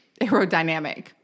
aerodynamic